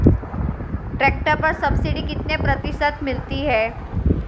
Tractor पर subsidy कितने प्रतिशत मिलती है?